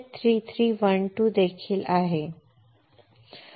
AZ 3312 देखील आहे